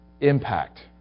impact